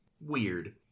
weird